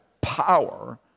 power